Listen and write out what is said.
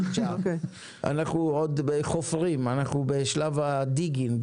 ואנחנו שאלנו איפה הגשר העילי.